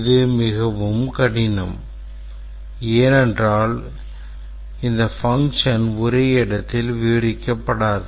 இது மிகவும் கடினம் ஏனென்றால் இந்த function ஒரே இடத்தில் விவரிக்கப்படாது